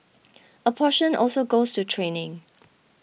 a portion also goes to training